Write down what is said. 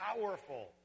powerful